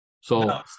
So-